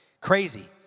Crazy